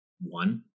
one